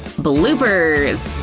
bloopers!